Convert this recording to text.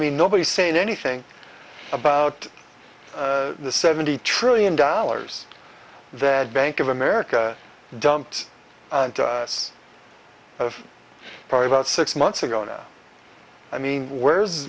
mean nobody's saying anything about the seventy trillion dollars that bank of america dumped of probably about six months ago now i mean where